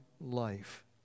life